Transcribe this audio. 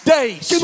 days